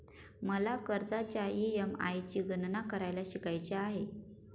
मला कर्जाच्या ई.एम.आय ची गणना करायला शिकायचे आहे